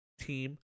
team